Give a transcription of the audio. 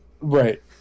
Right